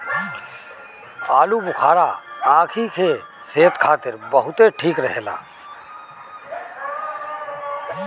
आलूबुखारा आंखी के सेहत खातिर बहुते ठीक रहेला